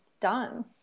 done